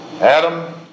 Adam